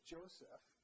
Joseph